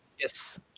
Yes